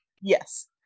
yes